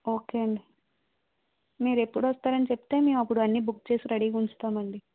ఒకే అండి మీరు ఎప్పుడు వస్తున్నారని చెప్తే మేము అప్పుడన్నీ బుక్ చేసి రెడీగా ఉంచుతామండి